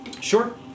Sure